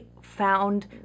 found